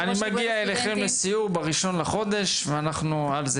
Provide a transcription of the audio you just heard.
אני מגיע אליכם לסיור ב-1 בחודש ואנחנו על זה.